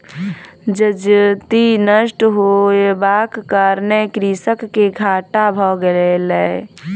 जजति नष्ट होयबाक कारणेँ कृषक के घाटा भ गेलै